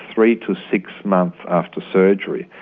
three to six months after surgery,